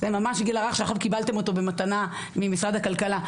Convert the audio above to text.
ממש גיל הרך שעכשיו קיבלתם אותו במתנה ממשרד הכלכלה,